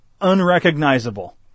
unrecognizable